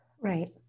Right